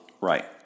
right